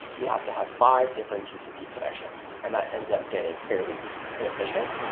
you have to have five different tcp connections, and that ends up getting fairly inefficient.